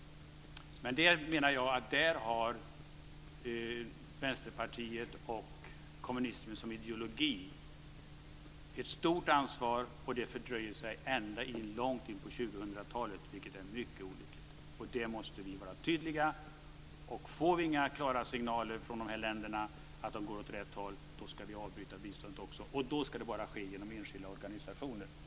Jag menar att Vänsterpartiet och kommunismen som ideologi har ett stort ansvar här. Det dröjer sig kvar ända långt in på 2000 talet, vilket är mycket olyckligt. Här måste vi vara tydliga. Får vi inga klara signaler från de här länderna om att de går åt rätt håll så ska vi också avbryta biståndet. Då ska det bara ske genom enskilda organisationer.